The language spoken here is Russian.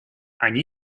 они